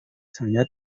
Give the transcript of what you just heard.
saya